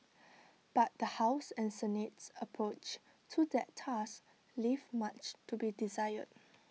but the house and Senate's approach to that task leave much to be desired